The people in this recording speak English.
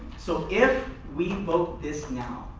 so if we vote this now,